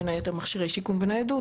בין היתר מכשירי שיקום וניידות,